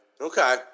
Okay